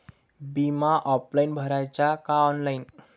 बिमा ऑफलाईन भराचा का ऑनलाईन?